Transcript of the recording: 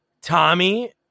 tommy